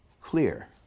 clear